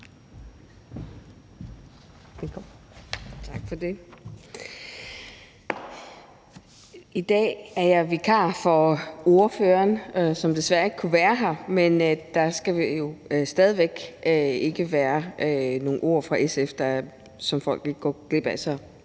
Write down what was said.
I dag er jeg vikar for ordføreren, som desværre ikke kunne være her. Men der skal stadig være nogle ord fra SF, så folk ikke går glip af